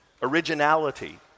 originality